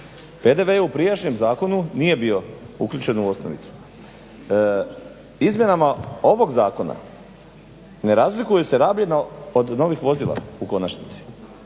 PDV je u prijašnjem zakonu nije bio uključen u osnovicu. Izmjenama ovog zakona ne razlikuju se rabljena od novih vozila u konačnici,